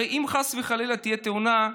הרי אם חס וחלילה תהיה תאונה,